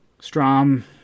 Strom